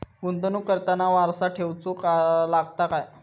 गुंतवणूक करताना वारसा ठेवचो लागता काय?